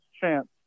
chance